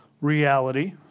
reality